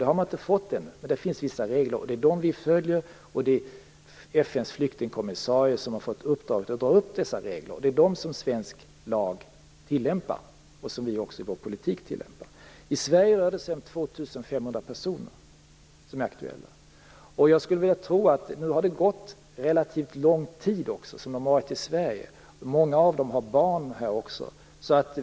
Det har inte lyckats, men det finns vissa regler som vi följer, och FN:s flyktingkommissarie har fått uppdraget att utfärda dessa regler, och det är de som tillämpas i svensk lag och som tillämpas i vår politik. Dessa har nu varit relativt länge i Sverige, och många av dem har barn här.